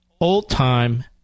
old-time